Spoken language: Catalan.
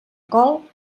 col